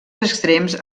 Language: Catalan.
extrems